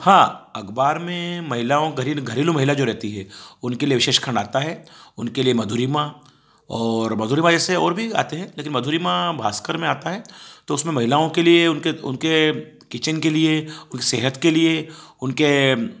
हाँ अखबार में महिलाओं घरेलू घरेलू महिला जो रहती है उनके लिए विशेष खंड आता है उनके लिए मधुरिमा और मधुरिमा जैसे और भी आते हैं लेकिन मधुरिमा भास्कर में आता है तो उसमें महिलाओं के लिए उनके उनके किचन के लिए उनके सेहत के लिए उनके